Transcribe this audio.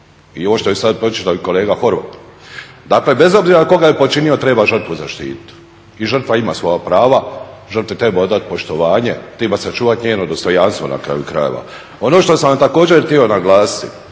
I ovo što je sada pročitao kolega Horvat, dakle bez obzira tko ga je počinio, treba žrtvu zaštititi i žrtva ima svoja prava, žrtvi treba odati poštovanje, treba sačuvati njeno dostojanstvo na kraju krajeva. Ono što sam vam također htio naglasiti,